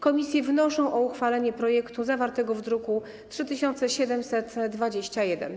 Komisje wnoszą o uchwalenie projektu ustawy zawartego w druku nr 3721.